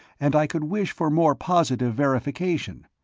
and i could wish for more positive verification.